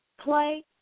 play